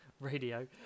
radio